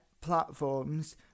platforms